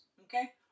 okay